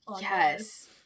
Yes